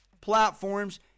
platforms